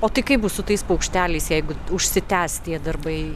o tai kaip bus su tais paukšteliais jeigu užsitęs tie darbai